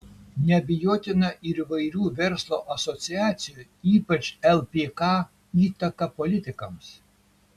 neabejotina ir įvairių verslo asociacijų ypač lpk įtaka politikams